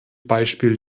beispiel